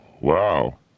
wow